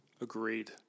Agreed